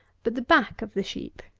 but the back of the sheep.